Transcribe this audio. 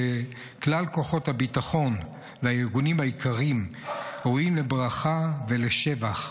כלל כוחות הביטחון והארגונים היקרים ראויים לברכה ולשבח,